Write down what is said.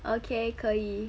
okay 可以